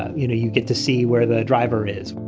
you know you get to see where the driver is.